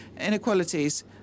inequalities